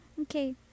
okay